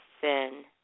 sin